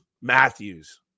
Matthews